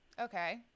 Okay